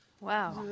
Wow